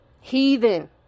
heathen